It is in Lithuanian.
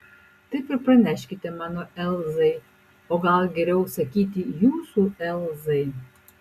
taip ir praneškite mano elzai o gal geriau sakyti jūsų elzai